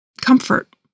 comfort